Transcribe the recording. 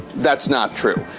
that's not true.